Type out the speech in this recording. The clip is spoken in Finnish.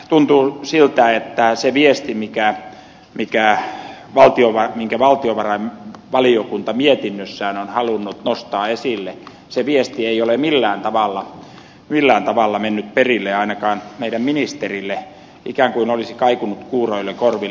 tuntuu siltä että se viesti minkä valtiovarainvaliokunta mietinnössään on halunnut nostaa esille se viesti ei ole millään tavalla mennyt perille ainakaan meidän ministerillemme ikään kuin olisi kaikunut kuuroille korville